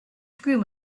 screw